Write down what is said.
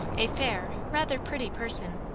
a fair, rather pretty person,